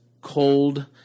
cold